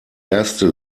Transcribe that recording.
erste